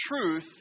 truth